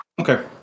Okay